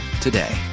today